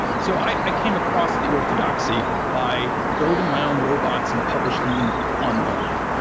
so i i came across the orthodoxy by building my own robots and publishing them online.